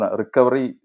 recovery